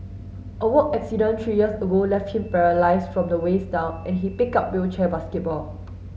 a work accident three years ago left him paralysed from the waist down and he picked up wheelchair basketball